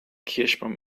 kirschbaum